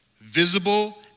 visible